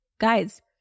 Guys